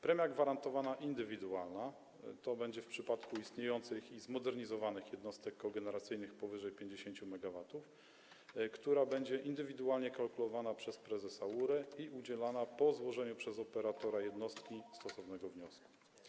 Premia gwarantowana indywidualna w przypadku istniejących i zmodernizowanych jednostek kogeneracyjnych to będzie powyżej 50 MW, która będzie indywidualnie kalkulowana przez prezesa URE i udzielana po złożeniu przez operatora jednostki stosownego wniosku.